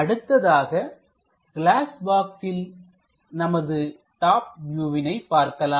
அடுத்ததாக கிளாஸ் பாக்ஸில் நமது டாப் வியூவினை பார்க்கலாம்